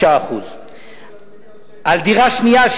5%. על דירה שנייה,